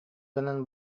гынан